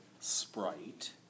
Sprite